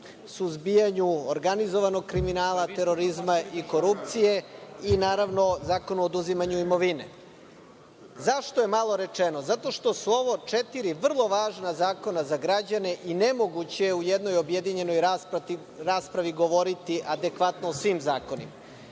suzbijanju organizovanog kriminala, terorizma i korupcije i naravno Zakonu o oduzimanju imovine. Zašto je malo rečeno? Zato što su ovo četiri vrlo važna zakona za građane i nemoguće je u jednoj objedinjenoj raspravi govoriti adekvatno o svim zakonima. Mislim